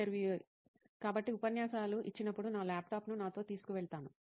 interview కాబట్టి ఉపన్యాసాలు ఇచ్చినప్పుడు నా ల్యాప్టాప్ను నాతో తీసుకువెళతాను